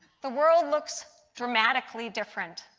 the world looks dramatically different.